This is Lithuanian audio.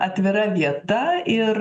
atvira vieta ir